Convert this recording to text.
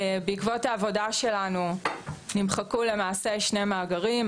בעקבות העבודה שלנו נמחקו למעשה שני מאגרים: